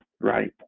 right